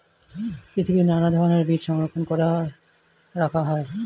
পৃথিবীর নানা ধরণের বীজ সংরক্ষণ করে রাখা হয়